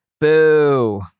Boo